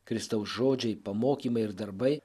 kristaus žodžiai pamokymai ir darbai